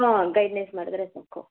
ಹಾಂ ಗೈಡ್ನೆಸ್ ಮಾಡಿದ್ರೆ ಸಾಕು